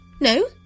No